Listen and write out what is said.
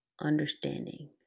Understanding